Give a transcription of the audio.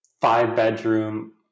five-bedroom